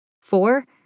Four